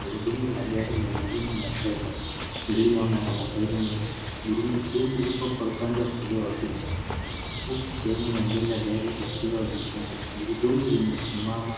Gurudumu la gari lenye rimu ya fedha iliyo ng'aa na matairi meusi. Gurudumu liko kwa upande wa kulia wa picha huku sehemu ya mbele ya gari ikiwa gizani. Gurudumu limesimama